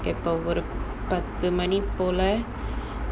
அப்போ ஒரு பத்து மணி போல:appo oru pathu mani pola